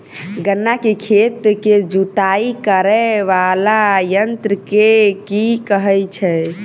गन्ना केँ खेत केँ जुताई करै वला यंत्र केँ की कहय छै?